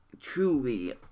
truly